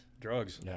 drugs